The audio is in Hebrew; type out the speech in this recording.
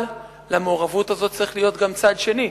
אבל למעורבות הזאת צריך להיות גם צד שני.